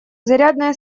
зарядные